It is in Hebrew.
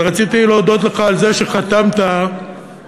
אבל רציתי להודות לך על זה שחתמת על